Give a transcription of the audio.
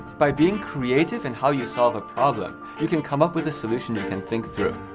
by being creative in how you solve a problem, you can come up with a solution you can think through.